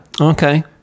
okay